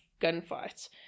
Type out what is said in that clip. gunfights